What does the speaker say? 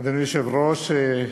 אדוני היושב-ראש,